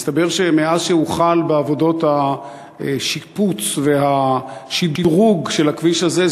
מסתבר שמאז שהוחל בעבודות השיפוץ והשדרוג של הכביש הזה,